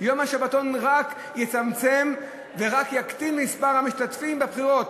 יום השבתון רק יצמצם ורק יקטין את מספר המשתתפים בבחירות.